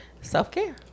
self-care